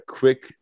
quick